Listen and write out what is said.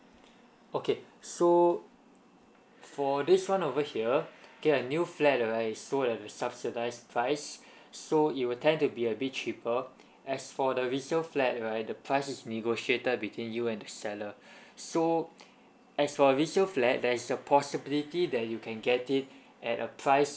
okay so for this one over here okay a new flat right is sold at a subsidised price so it will tend to be a bit cheaper as for the resale flat right the price is negotiated between you and the seller so as for resale flat there is a possibility that you can get it at a price